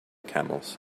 camels